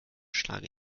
schlage